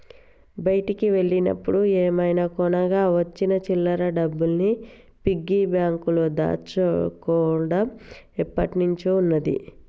బయటికి వెళ్ళినప్పుడు ఏమైనా కొనగా వచ్చిన చిల్లర డబ్బుల్ని పిగ్గీ బ్యాంకులో దాచుకోడం ఎప్పట్నుంచో ఉన్నాది